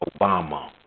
Obama